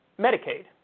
Medicaid